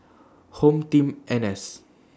HomeTeam N S